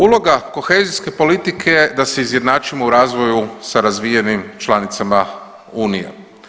Uloga kohezijske politike je da se izjednačimo u razvoju sa razvijenim članicama unije.